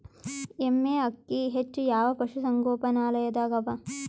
ಎಮ್ಮೆ ಅಕ್ಕಿ ಹೆಚ್ಚು ಯಾವ ಪಶುಸಂಗೋಪನಾಲಯದಾಗ ಅವಾ?